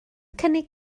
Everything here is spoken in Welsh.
cynnig